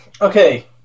Okay